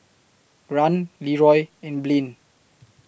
Rahn Leroy and Blaine